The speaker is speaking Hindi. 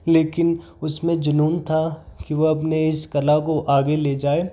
लेकिन उसमें जुनून था कि वह अपने इस कला आगे ले जाए